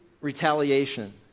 retaliation